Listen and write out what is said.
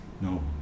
No